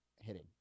hitting